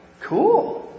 Cool